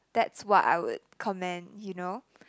that's what I would comment you know